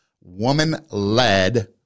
woman-led